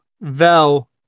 Vel